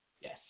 Yes